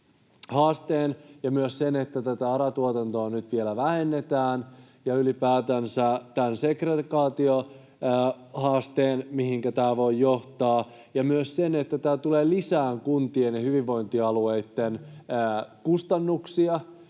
ja myös sen, että tätä ARA-tuotantoa nyt vielä vähennetään, ja ylipäätänsä tämän segregaatio-haasteen, mihinkä tämä voi johtaa, ja myös sen, että tämä tulee lisäämään kuntien ja hyvinvointialueitten kustannuksia,